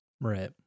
Right